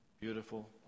Beautiful